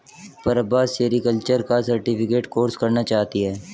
Prabha sericulture का certificate course करना चाहती है